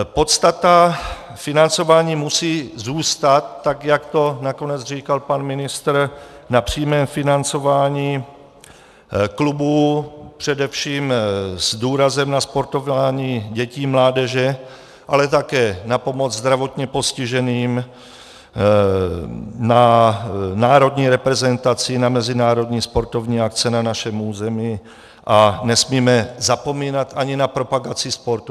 Podstata financování musí zůstat, tak jak to nakonec říkal pan ministr, na přímém financování klubů, především s důrazem na sportování dětí, mládeže, ale také na pomoc zdravotně postiženým, na národní reprezentaci, na mezinárodní sportovní akce na našem území a nesmíme zapomínat ani na propagaci sportu.